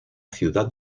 ciudad